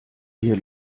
hier